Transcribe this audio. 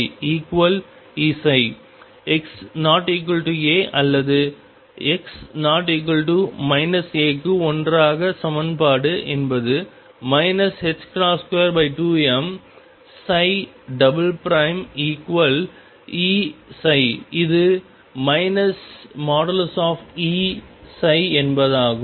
x≠aஅல்லது x≠ a க்கு ஒன்றாக சமன்பாடு என்பது 22mEψ இது |E|ψஎன்பதாகும்